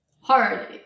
hard